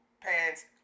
pants